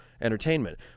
entertainment